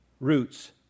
roots